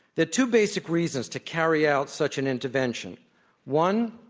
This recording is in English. the two basic reasons to carry out such an intervention one,